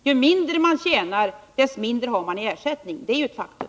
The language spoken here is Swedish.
Ju mindre man tjänar, desto mindre har man i sjukpenning, det är ju ett faktum.